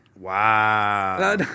Wow